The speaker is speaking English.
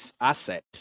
asset